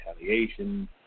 retaliation